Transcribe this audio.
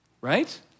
Right